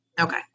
Okay